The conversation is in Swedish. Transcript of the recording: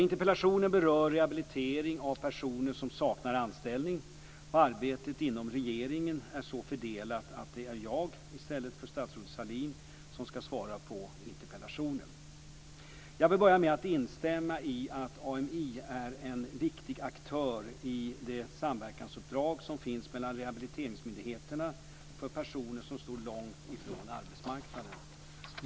Interpellationen berör rehabilitering av personer som saknar anställning. Arbetet inom regeringen är så fördelat att det är jag, i stället för statsrådet Sahlin, som ska svara på interpellationen. Jag vill börja med att instämma i att AMI är en viktig aktör i det samverkansuppdrag som finns mellan rehabiliteringsmyndigheterna för personer som står långt ifrån arbetsmarknaden.